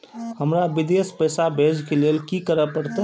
हमरा विदेश पैसा भेज के लेल की करे परते?